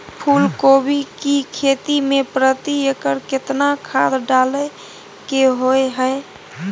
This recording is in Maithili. फूलकोबी की खेती मे प्रति एकर केतना खाद डालय के होय हय?